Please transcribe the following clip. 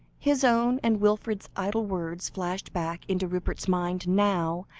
his own, and wilfred's idle words, flashed back into rupert's mind now,